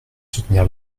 soutenir